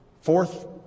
Fourth